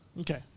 Okay